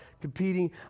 competing